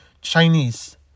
Chinese